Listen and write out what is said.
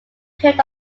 period